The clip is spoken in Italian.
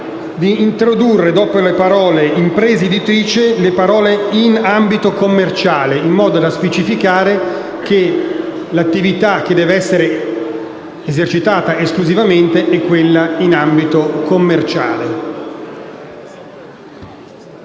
introdurre, dopo le parole «imprese editrici che,», le parole «in ambito commerciale», in modo da specificare che l'attività che deve essere esercitata esclusivamente è quella in ambito commerciale.